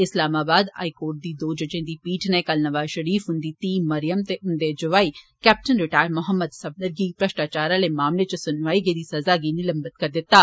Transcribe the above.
Islamabad high court दी दों जजें दी पीठ नै कल नवाज शरीफ उन्दी धी मरियम ते उन्दे जौआई कैप्टन रिटायर मोहम्मद सफदर गी म्रष्टाचार आले मामले च सनाई गेदी साज गी निलंबित करी दिता ऐ